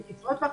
הן קצרות טווח,